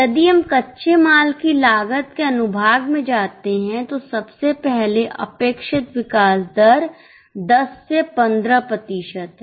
यदि हम कच्चे माल की लागत के अनुभाग में जाते हैं तो सबसे पहले अपेक्षित विकास दर 10 से 15 प्रतिशत है